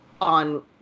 on